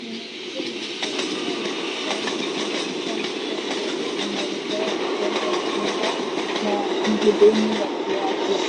Mwanamke mwenye barakoa ya kijani ameshika mtoto mdogo anaye pewa matone ya kinga na mhudumu wa kiafya